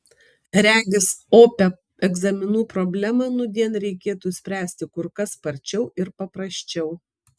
regis opią egzaminų problemą nūdien reikėtų spręsti kur kas sparčiau ir paprasčiau